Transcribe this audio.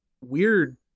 weird